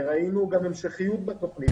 וראינו גם המשכיות בתוכנית,